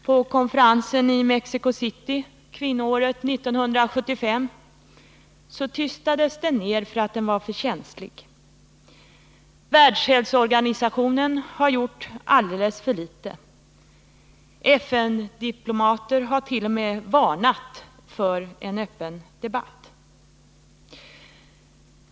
På konferensen i Mexico City kvinnoåret 1975 tystades den ner för att den var för känslig. Världshälsoorganisationen har gjort alldeles för litet. FN diplomater har t.o.m. varnat för en öppen debatt.